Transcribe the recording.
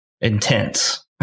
intense